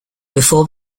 before